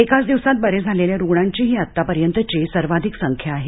एकाच दिवसात बरे झालेल्या रुग्णांची ही आतापर्यंतची सर्वाधिक संख्या आहे